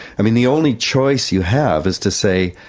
i mean, the only choice you have is to say,